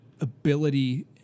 ability